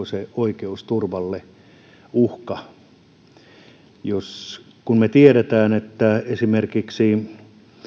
se oikeusturvalle uhka kun me tiedämme että esimerkiksi